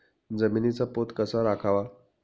जमिनीचा पोत कसा राखावा?